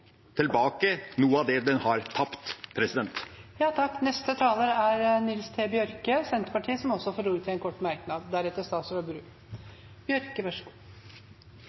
tilbake noe av det en har tapt. Representanten Nils T. Bjørke har hatt ordet to ganger tidligere og får ordet til en kort merknad,